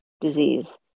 disease